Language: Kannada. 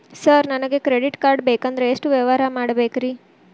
ಸರ್ ನನಗೆ ಕ್ರೆಡಿಟ್ ಕಾರ್ಡ್ ಬೇಕಂದ್ರೆ ಎಷ್ಟು ವ್ಯವಹಾರ ಮಾಡಬೇಕ್ರಿ?